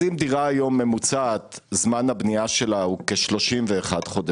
אם זמן הבנייה היום של דירה ממוצעת הוא כ-31 חודשים,